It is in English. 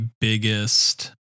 biggest